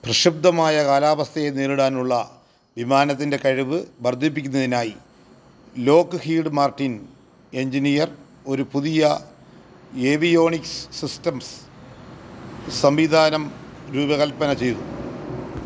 പ്രക്ഷുബ്ധമായ കാലാവസ്ഥയെ നേരിടാനുള്ള വിമാനത്തിൻ്റെ കഴിവ് വർദ്ധിപ്പിക്കുന്നതിനായി ലോക്ക്ഹീഡ് മാർട്ടിൻ എഞ്ചിനീയർ ഒരു പുതിയ ഏവിയോണിക്സ് സിസ്റ്റംസ് സംവിധാനം രൂപ കൽപ്പന ചെയ്തു